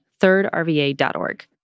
thirdrva.org